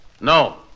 No